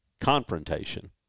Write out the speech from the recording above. confrontation